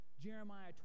Jeremiah